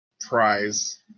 prize